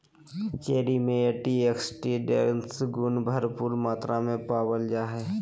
cherry में antioxidants गुण भरपूर मात्रा में पावल जा हइ